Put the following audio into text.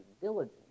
diligent